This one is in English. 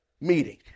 meeting